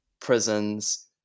prisons